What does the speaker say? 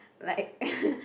like